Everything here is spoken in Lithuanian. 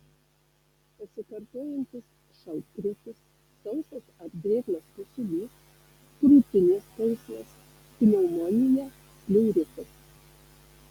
pasikartojantis šaltkrėtis sausas ar drėgnas kosulys krūtinės skausmas pneumonija pleuritas